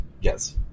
Yes